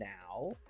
now